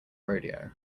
rodeo